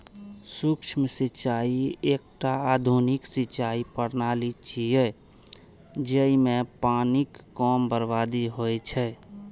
सूक्ष्म सिंचाइ एकटा आधुनिक सिंचाइ प्रणाली छियै, जइमे पानिक कम बर्बादी होइ छै